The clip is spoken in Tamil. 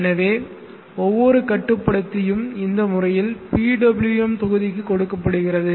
எனவே ஒவ்வொரு கட்டுப்படுத்தியும் இந்த முறையில் PWM தொகுதிக்கு கொடுக்கப்படுகிறது